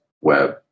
web